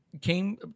came